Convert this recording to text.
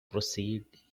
proceed